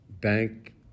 Bank